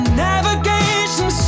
navigation